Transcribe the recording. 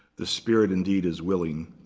the spirit indeed is willing,